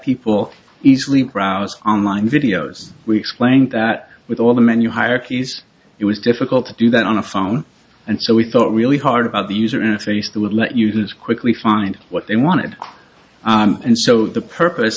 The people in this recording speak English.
people easily browse online videos we explained that with all the menu hierarchies it was difficult to do that on a phone and so we thought really hard about the user interface to let users quickly find what they wanted and so the purpose